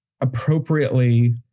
appropriately